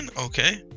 okay